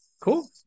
cool